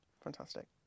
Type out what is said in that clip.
Fantastic